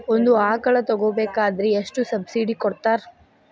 ಒಂದು ಆಕಳ ತಗೋಬೇಕಾದ್ರೆ ಎಷ್ಟು ಸಬ್ಸಿಡಿ ಕೊಡ್ತಾರ್?